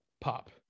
pop